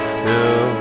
two